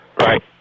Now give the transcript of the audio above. Right